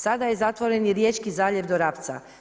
Sada je zatvoren i Riječki zaljev do Rapca.